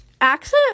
accent